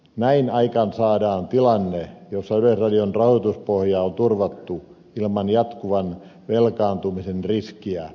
näin aikaansaadaan tilanne jossa yleisradion rahoituspohja on turvattu ilman jatkuvan velkaantumisen riskiä